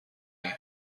ایم